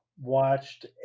watched